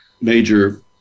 major